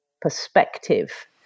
perspective